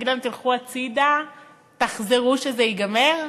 נגיד להם "תלכו הצדה ותחזרו כשזה ייגמר"?